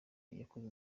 yakoze